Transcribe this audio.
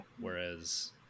Whereas